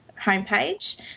homepage